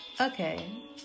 Okay